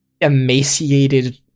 emaciated